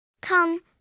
Come